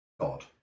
God